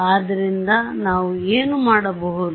ಆದ್ದರಿಂದ ನಾವು ಏನು ಮಾಡಬಹುದು